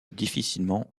difficilement